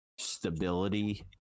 stability